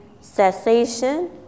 cessation